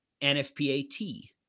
NFPA-T